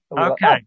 Okay